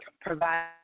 provide